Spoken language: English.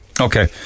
Okay